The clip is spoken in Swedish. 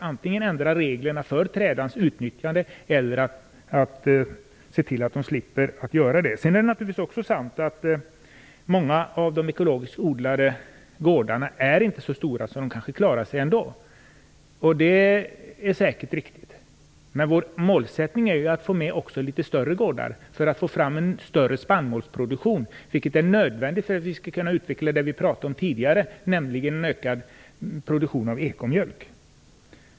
Antingen ändrar man reglerna för trädans utnyttjande, eller också ser man till att odlarna slipper trädeskravet. Det är naturligtvis också sant att många av gårdarna med ekologisk odling inte är så stora och därmed kanske klarar sig ändå. Men vår målsättning är ju att få med också större gårdar, för att få fram en större spannmålsproduktion. Det är nödvändigt för att vi skall kunna utveckla det som vi pratade om tidigare, nämligen ökad produktion av ekomjölk.